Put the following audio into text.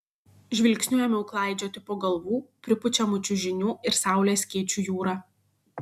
žvilgsniu ėmiau klaidžioti po galvų pripučiamų čiužinių ir saulės skėčių jūrą